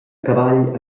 cavagl